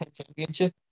championship